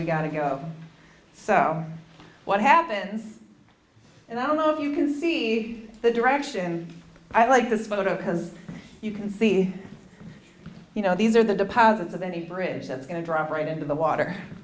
we got to go so what happens and i don't know if you can see the direction i like this photo because you can see you know these are the deposits of any bridge that's going to drop right into the water